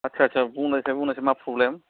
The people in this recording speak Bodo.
आच्चा आच्चा बुंलाय बुंलाय मा प्रब्लेम